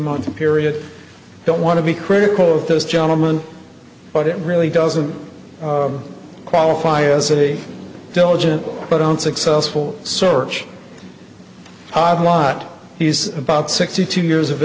month period i don't want to be critical of this gentleman but it really doesn't qualify as city diligently but on successful search i've lot he's about sixty two years of